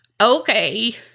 okay